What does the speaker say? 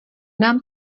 nám